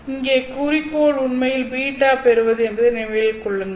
இங்கே குறிக்கோள் உண்மையில் β பெறுவதே என்பதை நினைவில் கொள்ளுங்கள்